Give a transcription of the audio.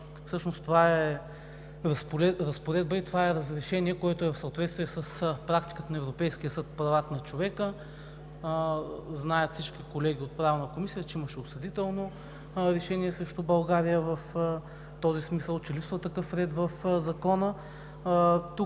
кодекс. Това е разпоредба и разрешение, което е в съответствие с практиката на Европейския съд по правата на човека. Всички колеги от Правна комисия знаят, че имаше осъдително решение срещу България в този смисъл, че липсва такъв ред в закона.